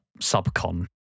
subcon